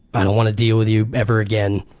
i don't want to deal with you ever again,